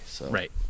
Right